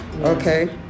okay